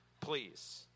please